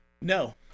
No